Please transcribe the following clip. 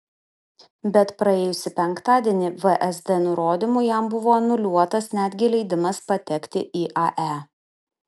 bet praėjusį penktadienį vsd nurodymu jam buvo anuliuotas netgi leidimas patekti į ae